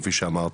כפי שאמרתי.